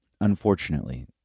Unfortunately